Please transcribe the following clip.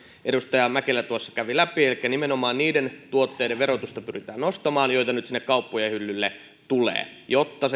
edustaja mäkelä tuossa kävi läpi elikkä pyritään nostamaan nimenomaan niiden tuotteiden verotusta joita nyt sinne kauppojen hyllyille tulee jotta